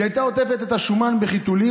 היא הייתה עוטפת את השומן בחיתולים